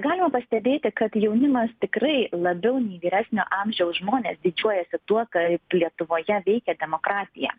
galima pastebėti kad jaunimas tikrai labiau nei vyresnio amžiaus žmonės didžiuojasi tuo kaip lietuvoje veikia demokratija